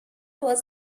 was